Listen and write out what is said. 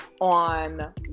on